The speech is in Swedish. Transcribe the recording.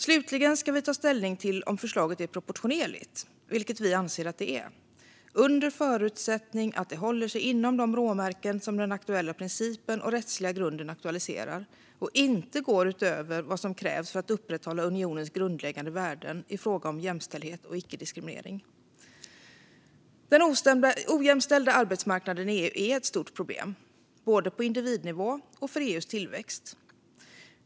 Slutligen ska vi ta ställning till om förslaget är proportionerligt, vilket vi anser att det är under förutsättning att det håller sig inom de råmärken som den aktuella principen och rättsliga grunden aktualiserar och inte går utöver vad som krävs för att upprätthålla unionens grundläggande värden i fråga om jämställdhet och icke-diskriminering Den ojämställda arbetsmarknaden i EU är ett stort problem, både på individnivå och för EU:s tillväxt.